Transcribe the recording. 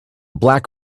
black